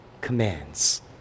commands